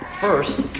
First